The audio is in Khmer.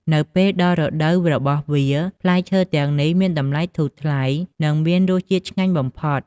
នៅពេលដល់រដូវរបស់វា ផ្លែឈើទាំងនេះមានតម្លៃធូរថ្លៃ និងមានរសជាតិឆ្ងាញ់បំផុត។